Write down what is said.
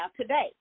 today